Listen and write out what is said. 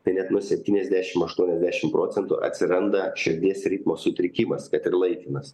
tai net nuo septyniasdešimt aštuoniasdešimt procentų atsiranda širdies ritmo sutrikimas kad ir laikinas